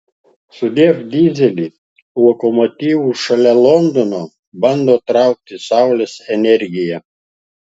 sudiev dyzeli lokomotyvus šalia londono bando traukti saulės energija